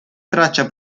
traccia